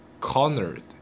cornered